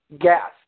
gas